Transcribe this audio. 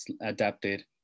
adapted